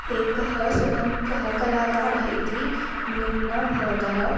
एकः स्वतन्त्रः कलाकारः इति निम्नः भवति